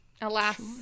alas